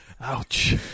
ouch